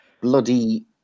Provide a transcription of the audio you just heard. bloody